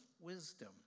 wisdom